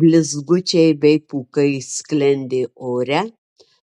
blizgučiai bei pūkai sklendė ore